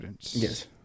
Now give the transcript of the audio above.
Yes